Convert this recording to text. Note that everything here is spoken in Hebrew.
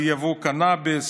על יבוא קנביס,